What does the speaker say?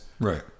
right